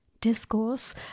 Discourse